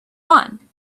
one